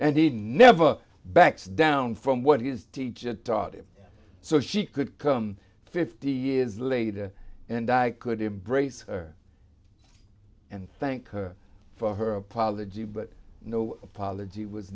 and he never backs down from what he has taught him so she could come fifty years later and i could embrace her and thank her for her apology but no apology was